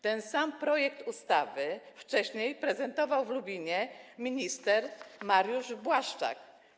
Ten sam projekt ustawy wcześniej prezentował w Lubinie minister Mariusz Błaszczak.